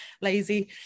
lazy